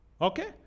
Okay